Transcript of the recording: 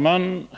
Herr talman!